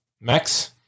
Max